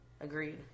Agreed